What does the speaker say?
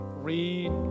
read